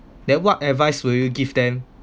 then what advice will you give them